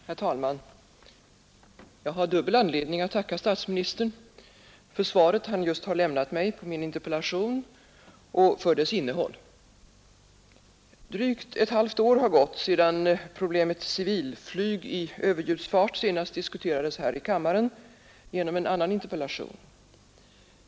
Herr talman! Jag har dubbel anledning att tacka statsministern för det svar han just lämnat mig på min interpellation och för dess innehall. Drygt ett halvt år har gätt sedan problemet civilflyg i överljudsfart senast diskuterades här i kammaren genom en annan interpellation.